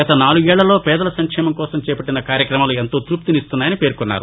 గత నాలుగేళ్లలో పేదల సంక్షేమం కోసం చేపట్టిన కార్యక్రమాలు ఎంతో తృప్తినిస్తున్నాయని పేర్కొన్నారు